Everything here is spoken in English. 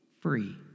free